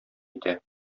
итә